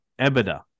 EBITDA